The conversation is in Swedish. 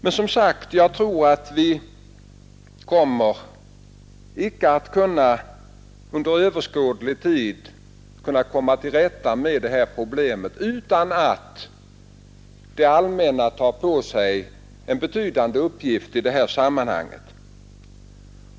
Men som sagt: Jag tror icke att vi under överskådlig tid kan komma till rätta med det här problemet utan att det allmänna tar på sig en betydande uppgift i sammanhanget.